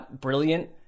brilliant